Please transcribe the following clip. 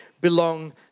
belong